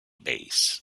bays